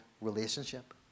relationship